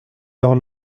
leur